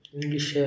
English